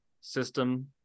system